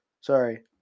sorry